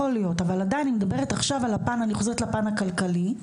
אבל עדיין אני חוזרת לפן הכלכלי.